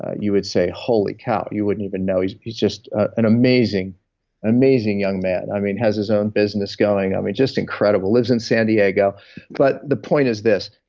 you would say, holy cow. you wouldn't even know. he's he's just an amazing amazing young man. he has his own business going just incredible. lives in san diego but the point is this.